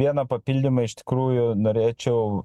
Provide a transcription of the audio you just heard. vieną papildymą iš tikrųjų norėčiau